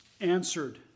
answered